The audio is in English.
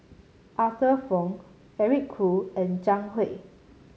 Arthur Fong Eric Khoo and Zhang Hui